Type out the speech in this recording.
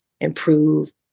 improve